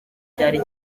cyari